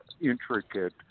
intricate